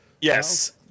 yes